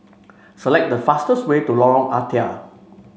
select the fastest way to Lorong Ah Thia